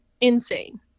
insane